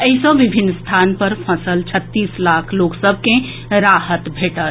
एहि सँ विभिन्न स्थान पर फंसल छत्तीस लाख लोक सभ के राहत भेंटत